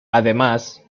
además